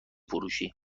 فروشی